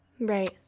Right